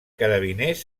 carabiners